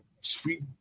sweet